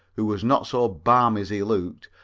who was not so balmy as he looked,